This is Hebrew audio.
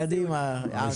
קדימה, יעקב.